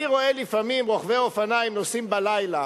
אני רואה לפעמים רוכבי אופניים נוסעים בלילה